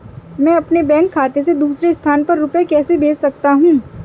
मैं अपने बैंक खाते से दूसरे स्थान पर रुपए कैसे भेज सकता हूँ?